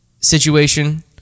situation